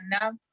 enough